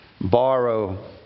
borrow